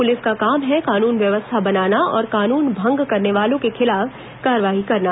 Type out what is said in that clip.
police का काम है कानून व्यवस्था बनाना और कानून भंग करने वालों के खिलाफ कार्रवाई करना